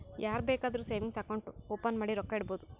ಯಾರ್ ಬೇಕಾದ್ರೂ savings account open ಮಾಡಿ ರೊಕ್ಕಾ ಇಡ್ಬೋದು